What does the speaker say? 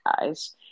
guys